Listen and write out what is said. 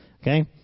Okay